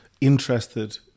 interested